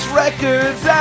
records